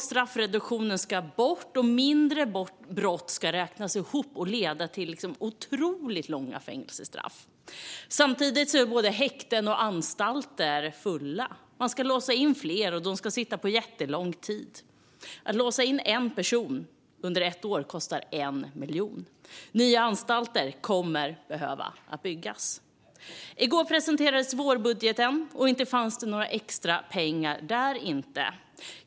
Straffreduktionen ska bort, och mindre brott ska räknas ihop och leda till otroligt långa fängelsestraff. Samtidigt är både häkten och anstalter fulla. Man ska låsa in fler, och de ska sitta på jättelång tid. Att låsa in en person under ett år kostar 1 miljon. Nya anstalter kommer att behöva byggas. I går presenterades vårbudgeten, och inte fanns det några extra pengar där.